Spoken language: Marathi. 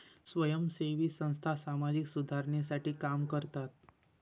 स्वयंसेवी संस्था सामाजिक सुधारणेसाठी काम करतात